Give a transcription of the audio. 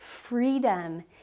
freedom